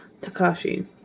Takashi